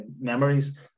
memories